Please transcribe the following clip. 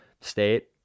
State